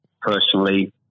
personally